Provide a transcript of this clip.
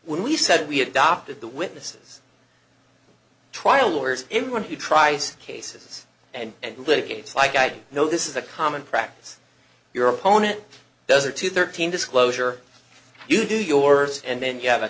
said we said we adopted the witnesses trial lawyers everyone who tries cases and litigates like i know this is a common practice your opponent does are two thirteen disclosure you do yours and then you have a